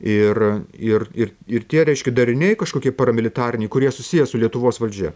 ir ir ir ir tie reiškia dariniai kažkokie paramilitariniai kurie susiję su lietuvos valdžia